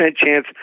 chance